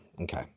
okay